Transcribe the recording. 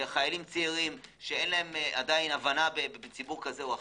חיילים צעירים שאין להם עדיין הבנה בציבור כזה או אחר,